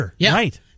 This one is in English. right